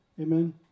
Amen